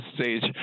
stage